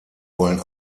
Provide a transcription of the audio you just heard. wollen